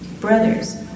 brothers